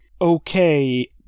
Okay